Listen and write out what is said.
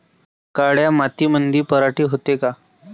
काळ्या मातीमंदी पराटी होते का?